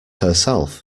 herself